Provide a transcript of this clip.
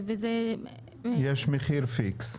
יש מחיר פיקס.